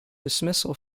dismissal